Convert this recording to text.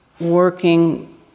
working